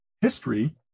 history